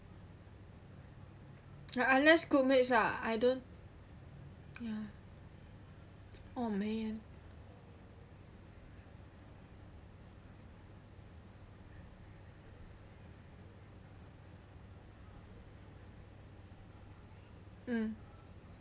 unless group mates lah I don't oh man